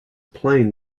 plain